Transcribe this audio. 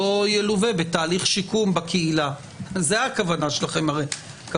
ילווה בתהליך שיקום בקהילה הרי לזה הכוונה שלכם.